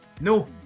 No